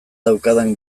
daukadan